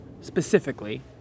specifically